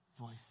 Voice